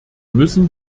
müssen